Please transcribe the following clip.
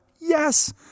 Yes